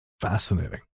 fascinating